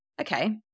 Okay